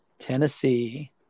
Tennessee